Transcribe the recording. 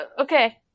Okay